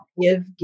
give